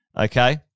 okay